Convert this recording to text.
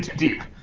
deep.